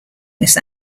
this